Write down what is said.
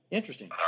Interesting